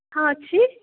ହଁ ଅଛି